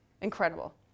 Incredible